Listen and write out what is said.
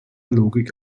logik